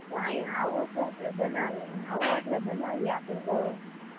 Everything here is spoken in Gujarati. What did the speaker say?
હા આઈ આવો તો આપડે બનાવીએ અહી આવો એટલે બનાવી એ આપડે ઓઢો